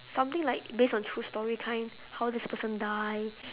something like based on true story kind how this person die